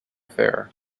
affair